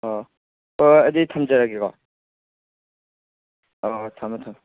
ꯑꯣ ꯍꯣꯏ ꯍꯣꯏ ꯑꯗꯨꯗꯤ ꯊꯝꯖꯔꯒꯦꯀꯣ ꯑꯣ ꯊꯝꯃꯦ ꯊꯝꯃꯦ